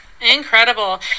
incredible